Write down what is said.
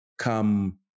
come